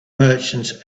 merchants